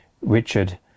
Richard